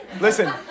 Listen